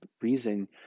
reason